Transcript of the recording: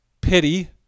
pity